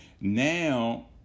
now